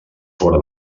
fora